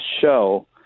show